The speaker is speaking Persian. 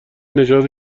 نژاد